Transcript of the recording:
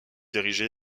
érigé